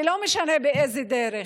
ולא משנה באיזו דרך.